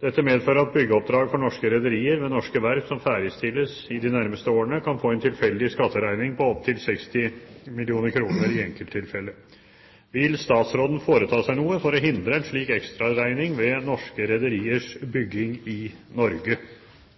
Dette medfører at byggeoppdrag for norske rederier ved norske verft som ferdigstilles i de nærmeste årene, kan få en tilfeldig skatteregning på opptil 60 mill. kr i enkelttilfeller. Vil statsråden foreta seg noe for å hindre en slik ekstraregning ved norske rederiers bygging i Norge?»